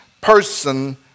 person